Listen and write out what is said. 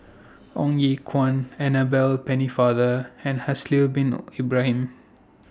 Ong Ye Kung Annabel Pennefather and Haslir Bin Ibrahim